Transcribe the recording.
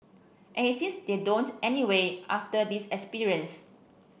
and it seems they don't anyway after this experience